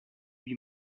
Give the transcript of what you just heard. lui